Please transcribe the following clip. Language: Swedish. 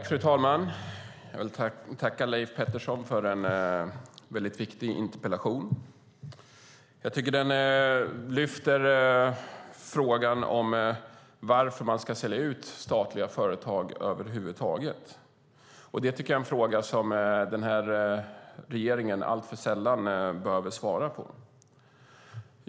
Fru talman! Jag vill tacka Leif Pettersson för en väldigt viktig interpellation. Jag tycker att den lyfter fram frågan varför man ska sälja ut statliga företag över huvud taget, och det tycker jag är en fråga som den här regeringen alltför sällan behöver svara på.